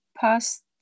past